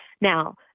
Now